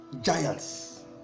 giants